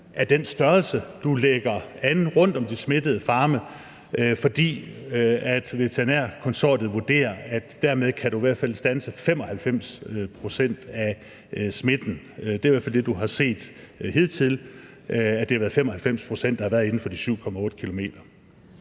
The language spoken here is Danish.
af den størrelse, man lægger rundt om de smittede farme. Det er, fordi Dansk Veterinær Konsortium vurderer, at dermed kan man i hvert fald standse 95 pct. af smitten. Det er i hvert fald det, vi har set hidtil, altså at det har været 95 pct. af smitten, der har været inden for de 7,8 km.